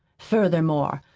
furthermore,